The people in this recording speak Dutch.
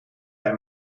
bij